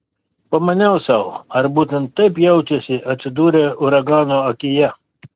pamaniau sau ar būtent taip jaučiasi atsidūrę uragano akyje